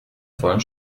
vollen